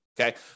Okay